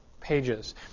pages